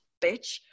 Bitch